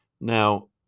Now